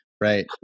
right